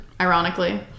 ironically